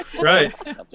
Right